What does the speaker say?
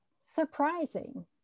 surprising